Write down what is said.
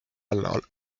oleks